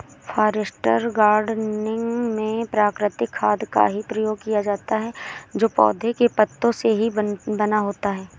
forest gardening में प्राकृतिक खाद का ही प्रयोग किया जाता है जो पौधों के पत्तों से ही बना होता है